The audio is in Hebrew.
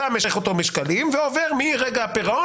אתה מושך אותו בשקלים ועובר מרגע הפירעון